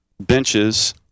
benches